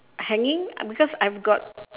hanging because I've got